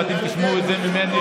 ואתם תשמעו את זה ממני.